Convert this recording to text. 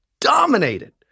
dominated